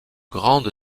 grande